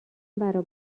برا